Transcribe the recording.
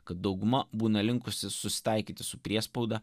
kad dauguma būna linkusi susitaikyti su priespauda